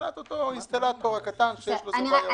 מבחינת אותו אינסטלטור קטן שיש לו איזו בעיה.